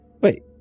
Wait